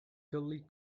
gully